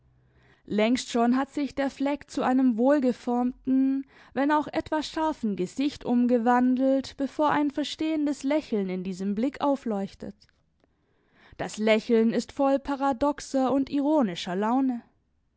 längst schon hat sich der fleck zu einem wohlgeformten wenn auch etwas scharfen gesicht umgewandelt bevor ein verstehendes lächeln in diesem blick aufleuchtet das lächeln ist voll paradoxer und ironischer laune